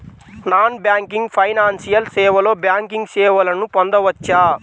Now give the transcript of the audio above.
Non banking financial సేవలో banking సేవలను పొందవచ్చా?